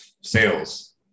sales